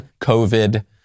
COVID